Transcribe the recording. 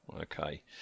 Okay